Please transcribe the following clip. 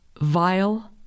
vile